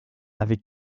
avait